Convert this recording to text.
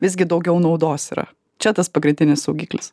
visgi daugiau naudos yra čia tas pagrindinis saugiklis